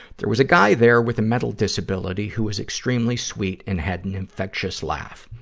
there was a guy there with a mental disability who was extremely sweet and had an infectious laugh.